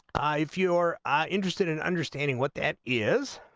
i if your i interested in understanding what that is